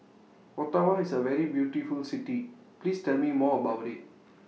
Ottawa IS A very beautiful City Please Tell Me More about IT